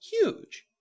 Huge